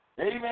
Amen